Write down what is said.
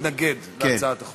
התנגד להצעת החוק.